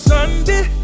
Sunday